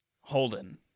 holden